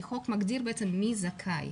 כי חוק מגדיר מי זכאי,